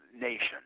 Nation